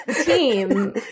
team